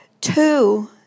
Two